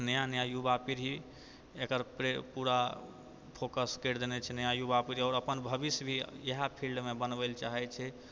नया नया युवा पीढ़ि एकर पे पूरा फोकस करि देने छै युवा पीढ़ि आओर अपन भविष्य भी इएहे फिल्डमे बनबै लेल चाहे छै